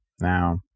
Now